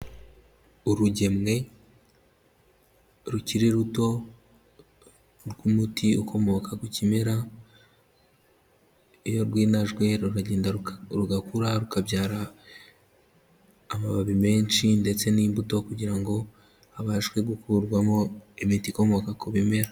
Urugemwe rukiri ruto rw'umuti ukomoka ku kimera, iyo rwinajwe ruragenda rugakura rukabyara amababi menshi, ndetse n'imbuto kugira ngo habashwe gukurwamo imiti ikomoka ku bimera